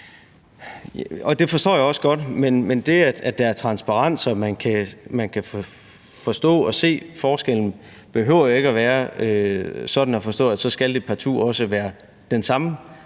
Det forstår jeg også godt. Men det, at der er transparens, og at man kan forstå og se forskellen, behøver jo ikke at være sådan at forstå, at det så partout også skal være den samme